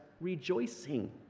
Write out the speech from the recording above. rejoicing